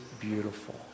beautiful